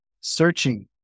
searching